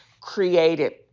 created